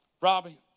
Robbie